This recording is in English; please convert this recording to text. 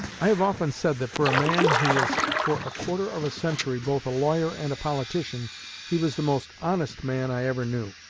i have often said that for a man who was for a quarter of a century both a lawyer and a politician he was the most honest man i ever knew.